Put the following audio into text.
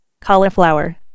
cauliflower